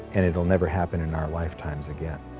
and it'll never happen in our lifetimes again